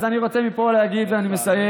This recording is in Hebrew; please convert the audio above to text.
אז אני רוצה פה להגיד, ואני מסיים,